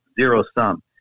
zero-sum